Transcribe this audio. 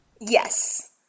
Yes